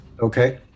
okay